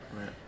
Right